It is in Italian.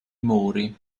muri